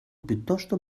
piuttosto